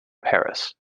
paris